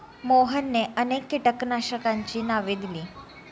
मोहनने अनेक कीटकनाशकांची नावे दिली